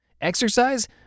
Exercise